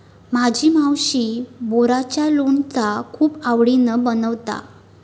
माझी मावशी बोराचा लोणचा खूप आवडीन बनवता